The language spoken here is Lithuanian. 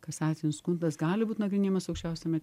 kasacinis skundas gali būt nagrinėjamas aukščiausiame